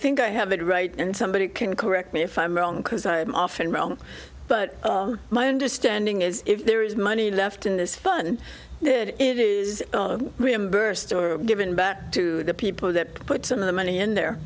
think i have it right and somebody can correct me if i'm wrong because i'm often wrong but my understanding is if there is money left in this fund did it is reimbursed or given back to the people that put some of the money in there